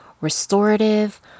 restorative